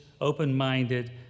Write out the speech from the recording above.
open-minded